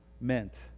meant